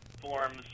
forms